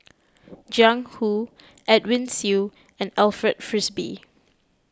Jiang Hu Edwin Siew and Alfred Frisby